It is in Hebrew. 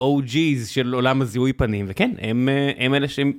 או ג'יז של עולם הזיהוי פנים, וכן, הם אלה שהם...